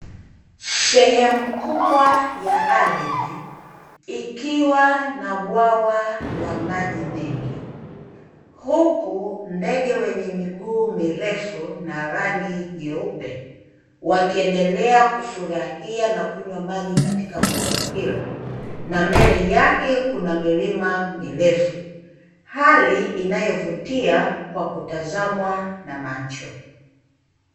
Sehemu kubwa ya ardhi ikiwa na bwawa la maji mengi, huku ndege wenye miguu mirefu na rangi nyeupe wakiendelea kufurahia na kunywa maji katika bwawa hilo na mbele yake kuna milima mirefu, hali inayovutia kwa kutazamwa na macho.